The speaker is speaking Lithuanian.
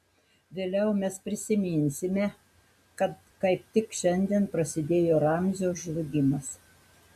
vėliau mes prisiminsime kad kaip tik šiandien prasidėjo ramzio žlugimas